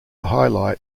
highlight